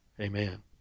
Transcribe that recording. Amen